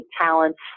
talents